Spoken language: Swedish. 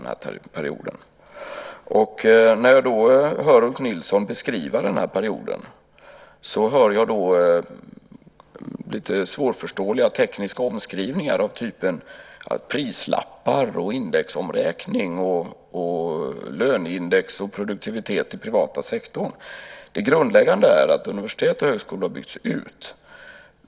När Ulf Nilsson beskrev den här perioden kunde jag höra lite svårförståeliga tekniska omskrivningar av typen prislappar, indexomräkning, löneindex och produktivitet i den privata sektorn. Det grundläggande är att universitet och högskolor har byggts ut.